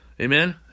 Amen